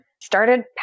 started